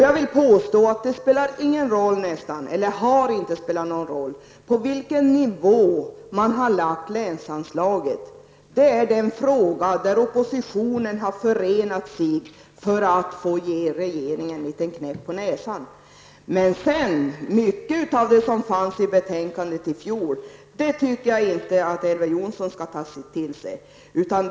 Jag vill påstå att det inte har spelat någon roll på vilken nivå länsanslaget har lagts. Detta är en fråga där oppositionen har förenat sig för att kunna ge regeringen en liten knäpp på näsan. Jag tycker att Elver Jonsson inte skall ta till sig mycket av det som fanns i betänkandet i fjol.